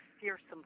fearsome